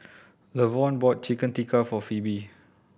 Lavonne bought Chicken Tikka for Pheobe